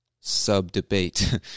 sub-debate